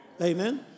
amen